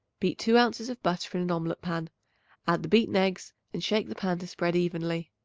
beat two ounces of butter in an omelet pan add the beaten eggs and shake the pan to spread evenly.